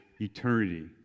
eternity